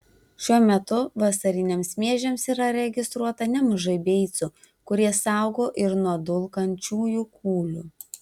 šiuo metu vasariniams miežiams yra registruota nemažai beicų kurie saugo ir nuo dulkančiųjų kūlių